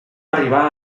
arribar